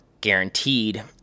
guaranteed